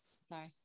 Sorry